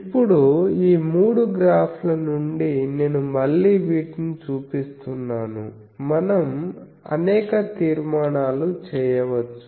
ఇప్పుడు ఈ మూడు గ్రాఫ్ల నుండి నేను మళ్ళీ వీటిని చూపిస్తున్నాను మనం అనేక తీర్మానాలు చేయవచ్చు